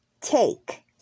Take